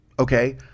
Okay